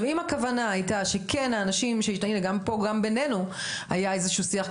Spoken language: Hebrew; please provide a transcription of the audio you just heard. גם בינינו היה איזה שהוא שיח,